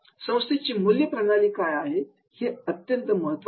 संस्थेची मूल्य प्रणाली काय आहे हे महत्त्वाचं